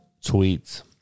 tweets